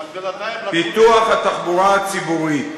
אבל בינתיים, פיתוח התחבורה הציבורית: